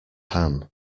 ham